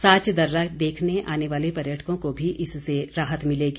साच दर्रा देखने आने वाले पर्यटकों को भी इससे राहत मिलेगी